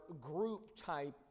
group-type